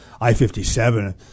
I-57